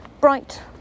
bright